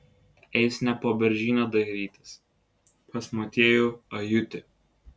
eis ne po beržyną dairytis pas motiejų ajutį